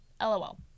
lol